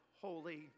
holy